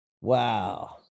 Wow